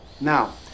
Now